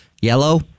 yellow